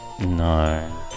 No